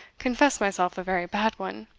confess myself a very bad one.